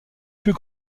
plus